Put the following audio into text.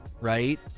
right